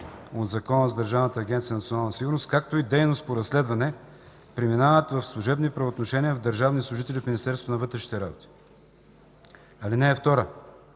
от Закона за Държавна агенция „Национална сигурност”, както и дейност по разследване, преминават в служебни правоотношения на държавни служители в Министерството на вътрешните работи. (2) С